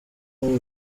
muri